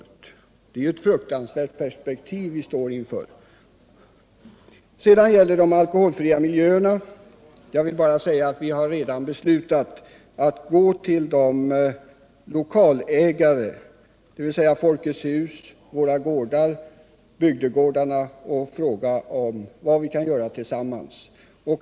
Vi står ju här inför ett fruktansvärt perspektiv. Beträffande frågan om de alkoholfria miljöerna vill jag säga att vi redan har beslutat att vända oss till lokalägarna, dvs. Folkets hus och bygdegårdarna, för att fråga vad vi kan göra tillsammans.